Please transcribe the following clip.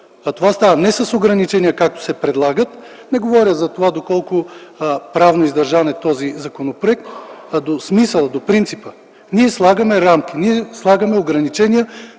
Това става не с ограничения, както се предлага. Не говоря за това доколко правно издържан е този законопроект, а до смисъла, до принципа. Ние слагаме рамки, ние слагаме ограничения,